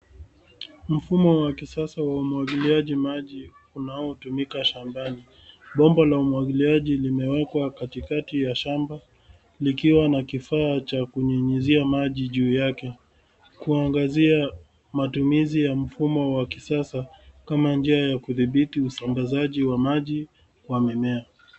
Mfumo wa kisasa wa umwagiliaji maji, unaotumika shambani. Bomba la umwagiliaji limewekwa katikati ya shamba, likiwa na kifaa cha kunyunyizia maji juu yake .Kuangazia matumizi ya mfumo wa kisasa, kama njia ya kudhibiti usambazaji wa maji kwa mimea.